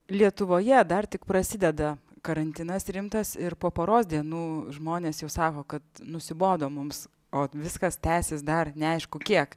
lietuvoje dar tik prasideda karantinas rimtas ir po poros dienų žmonės jau sako kad nusibodo mums o viskas tęsis dar neaišku kiek